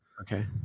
Okay